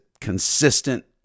consistent